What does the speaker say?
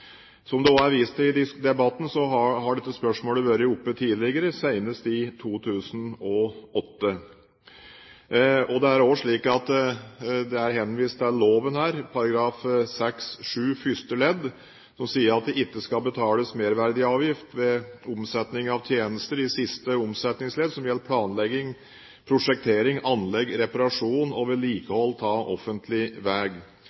Som det også er vist til i debatten, har dette spørsmålet vært oppe tidligere, senest i 2008. Det er også henvist til merverdiavgiftsloven § 6-7 første ledd, som sier at det ikke skal betales merverdiavgift ved omsetning av tjenester i siste omsetningsledd som gjelder planlegging, prosjektering, anlegg, reparasjon og